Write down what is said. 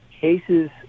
cases